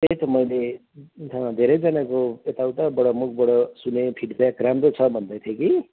त्यही त मैले धेरैजनाको यताउताबाट मुखबाट सुनेँ फिडब्याक राम्रो छ भन्दै थियो कि